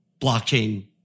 blockchain